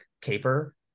caper